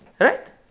Right